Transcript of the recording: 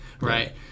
right